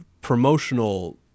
promotional